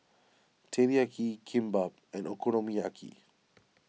Teriyaki Kimbap and Okonomiyaki